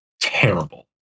terrible